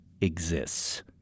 exists